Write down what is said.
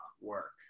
work